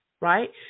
right